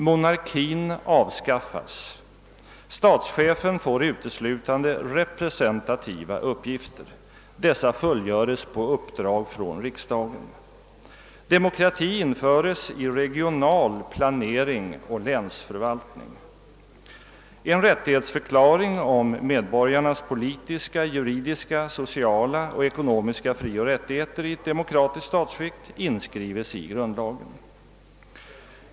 Monarkin avskaffas. Statschefen får uteslutande representativa uppgifter. Dessa fullgöres på uppdrag från riksdagen. En rättighetsförklaring om medborgarnas politiska, juridiska, sociala och ekonomiska frioch rättigheter i ett demokratiskt statsskick inskrivs i grundlagen.